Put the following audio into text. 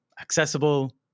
accessible